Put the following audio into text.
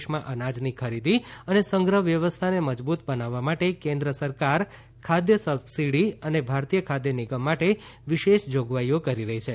દેશમાં અનાજની ખરીદી અને સંગ્રહ વ્યવસ્થાને મજબૂત બનાવવા માટે કેન્દ્ર સરકાર ખાદ્ય સબસિડી અને ભારતીય ખાદ્ય નિગમ માટે વિશેષ જોગવાઈઓ કરી છે